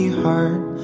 heart